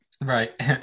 Right